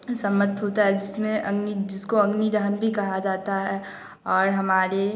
सम्मत होता है जिसमें अग्नि जिसको अग्नि दहन भी कहा जाता है और हमारे